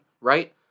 right